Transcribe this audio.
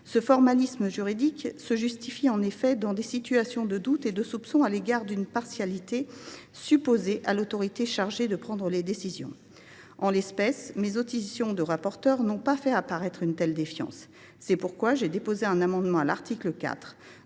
Ce formalisme juridique se justifie en effet dans des situations de doute et de soupçon quant à la partialité supposée de l’autorité chargée de prendre des décisions. En l’espèce, mes auditions n’ont pas fait apparaître une telle défiance. C’est pourquoi j’ai déposé un amendement à l’article 4.